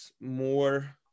more